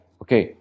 okay